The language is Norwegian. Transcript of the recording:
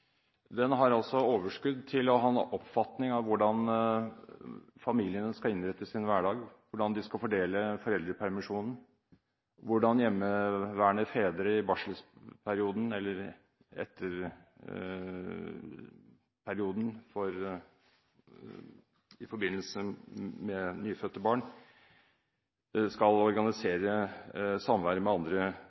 den driver med. Den har altså overskudd til å ha en oppfatning av hvordan familiene skal innrette sin hverdag, hvordan de skal fordele foreldrepermisjonen, hvordan hjemmeværende fedre i permisjonsperioden i forbindelse med nyfødte barn skal organisere samværet med andre